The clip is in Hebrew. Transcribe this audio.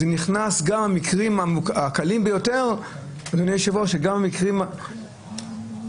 שנכנסים גם המקרים הקלים ביותר וגם המקרים